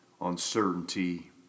uncertainty